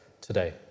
today